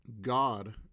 God